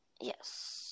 yes